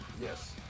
Yes